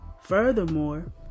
furthermore